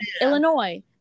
Illinois